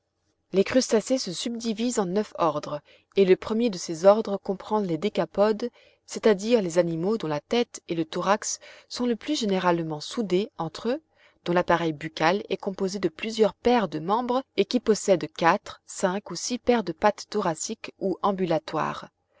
les crustacés se subdivisent en neuf ordres et le premier de ces ordres comprend les décapodes c'est-à-dire les animaux dont la tête et le thorax sont le plus généralement soudés entre eux dont l'appareil buccal est composé de plusieurs paires de membres et qui possèdent quatre cinq ou six paires de pattes thoraciques ou ambulatoires